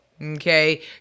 Okay